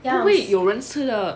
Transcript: ya 会有人吃的